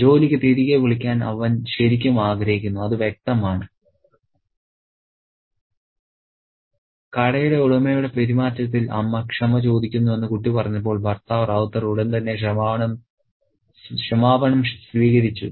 ജോലിയിലേക്ക് തിരികെ വിളിക്കാൻ അവൻ ശരിക്കും ആഗ്രഹിക്കുന്നു അത് വ്യക്തമാണ് കടയുടെ ഉടമയുടെ പെരുമാറ്റത്തിൽ അമ്മ ക്ഷമ ചോദിക്കുന്നുവെന്ന് കുട്ടി പറഞ്ഞപ്പോൾ ഭർത്താവ് റൌത്തർ ഉടൻ തന്നെ ക്ഷമാപണം സ്വീകരിച്ചു